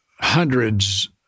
hundreds